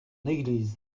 église